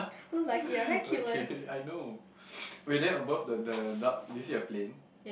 okay I know wait then above the the dock did you see a plane